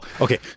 okay